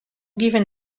given